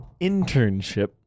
internship